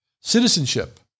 Citizenship